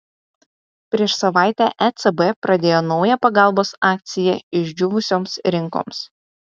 prieš savaitę ecb pradėjo naują pagalbos akciją išdžiūvusioms rinkoms